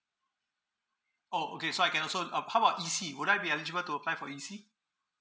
oh okay so I can also up~ how about E_C would I be eligible to apply for E_C